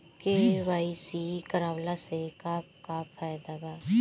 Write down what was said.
KYC करवला से का का फायदा बा?